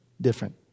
different